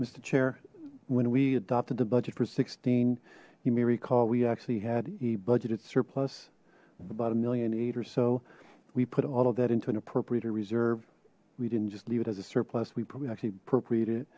chair when we adopted the budget for sixteen you may recall we asked had he budgeted surplus about a million eight or so we put all of that into an appropriate or reserve we didn't just leave it as a surplus we probably actually appropriated it